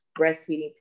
breastfeeding